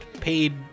paid